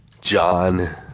John